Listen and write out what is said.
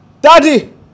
Daddy